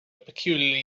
peculiarly